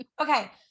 Okay